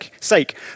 sake